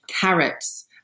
carrots